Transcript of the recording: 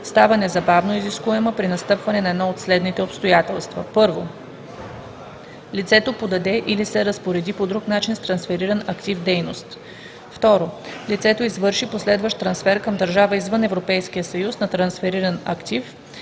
става незабавно изискуема при настъпване на едно от следните обстоятелства: 1. лицето продаде или се разпореди по друг начин с трансфериран актив/дейност; 2. лицето извърши последващ трансфер към държава извън Европейския съюз на трансфериран актив;